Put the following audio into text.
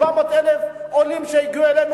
400,000 עולים שהגיעו אלינו,